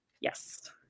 Yes